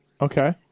Okay